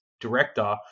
director